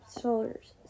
shoulders